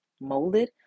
molded